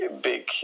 big